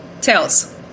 Tails